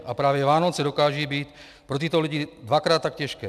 A právě Vánoce dokážou být pro tyto lidi dvakrát tak těžké.